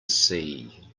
see